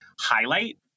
highlight